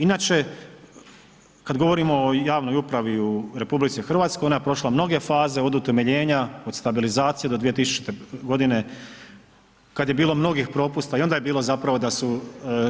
Inače, kad govorimo o javnoj upravi u RH, ona je prošla mnoge faze od utemeljenja, od stabilizacije do 2000. g. kad je bilo mnogih propusta, i onda je bilo zapravo da su